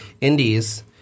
Indies